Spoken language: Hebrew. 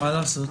מה לעשות?